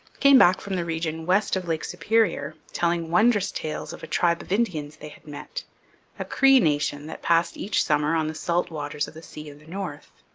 came back from the region west of lake superior telling wondrous tales of a tribe of indians they had met a cree nation that passed each summer on the salt waters of the sea of the north.